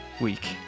week